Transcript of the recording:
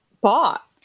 bought